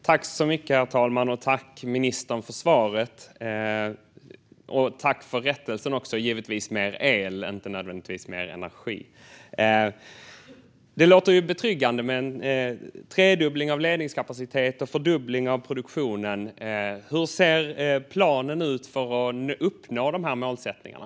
Herr talman! Jag tackar ministern för svaret. Jag tackar givetvis också för rättelsen om mer el men inte nödvändigtvis mer energi. Det låter betryggande med en tredubbling av ledningskapaciteten och en fördubbling av produktionen. Hur ser planen ut för att uppnå målsättningarna?